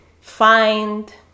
find